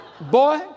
Boy